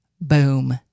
Boom